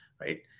right